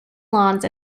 lawns